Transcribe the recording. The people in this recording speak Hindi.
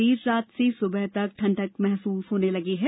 देर रात से सुबह तक ठंडक महसूस होने लगी है